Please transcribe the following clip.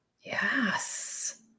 Yes